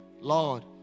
Lord